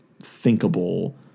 thinkable